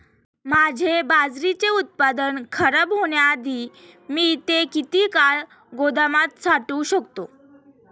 माझे बाजरीचे उत्पादन खराब होण्याआधी मी ते किती काळ गोदामात साठवू शकतो?